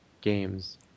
games